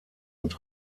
und